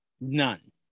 None